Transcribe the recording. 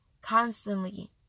constantly